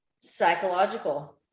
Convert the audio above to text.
Psychological